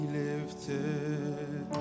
lifted